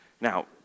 Now